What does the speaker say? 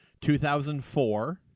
2004